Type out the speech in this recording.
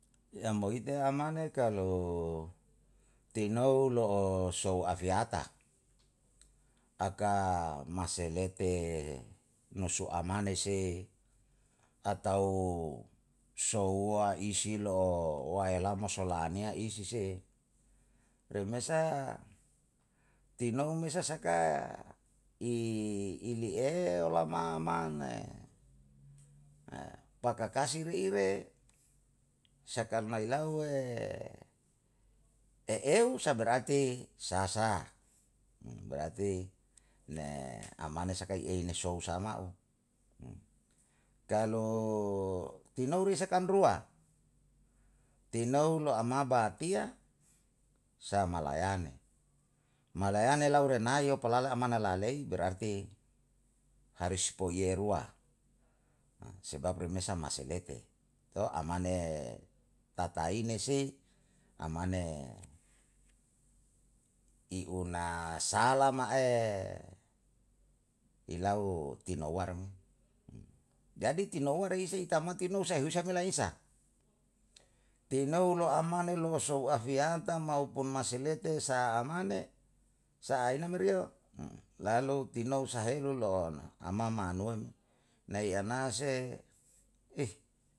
Ya mohiten amane kalo tino lo saw afiata aka maselete nosu amane si atau sawuwa isi lo aelamo solania isi si remesa tino mesasaka ilie olama amane pakakasiri iwe sakan lailawe eewu sa berarti sasa berarti amane saka ie ini sawu sama kalo tino risakan ruwa tino lo ama batia sa malayane malayane laure nayo pelala amane lalei berarti harisipo ieruwa sebab remesa maselete amane tatainesi amane iuna salama e ilau tino warmu jadi tino waru isi tino lo amane lo sawu afiata maupun maselete sa amane sa aina meriu lalu tino usahelu lo ama manuem naya nase.